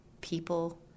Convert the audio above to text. people